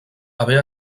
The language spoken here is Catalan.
haver